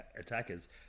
attackers